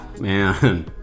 Man